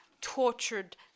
tortured